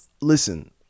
listen